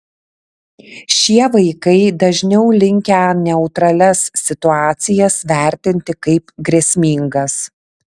šie vaikai dažniau linkę neutralias situacijas vertinti kaip grėsmingas